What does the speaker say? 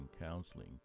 Counseling